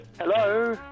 Hello